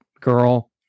girl